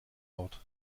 ort